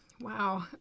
Wow